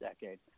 decade